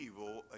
evil